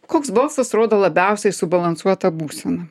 koks balsas rodo labiausiai subalansuotą būseną